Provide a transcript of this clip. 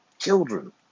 Children